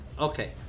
Okay